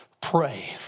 Pray